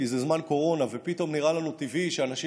כי זה זמן קורונה ופתאום נראה לנו טבעי שאנשים